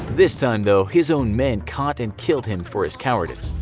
this time though, his own men caught and killed him for his cowardice.